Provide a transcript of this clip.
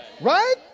Right